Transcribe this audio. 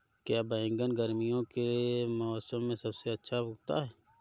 क्या बैगन गर्मियों के मौसम में सबसे अच्छा उगता है?